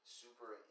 super